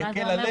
זה יקל עלינו.